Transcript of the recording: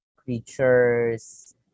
creatures